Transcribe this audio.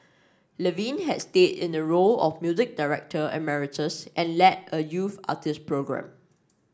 Levine had stayed in a role of music director emeritus and led a youth artist programme